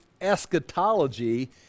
Eschatology